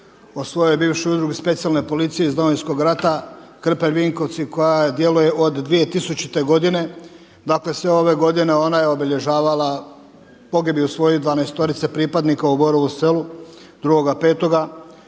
svojoj bivšoj Udrugi specijalne policije iz Domovinskog rata Krpelj Vinkovci koja djeluje od 2000. godine, dakle sve ove godine ona je obilježavala pogibiju svojih dvanaestorice pripadnika u Borovu Selu 2.5.